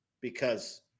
because-